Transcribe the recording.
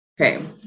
Okay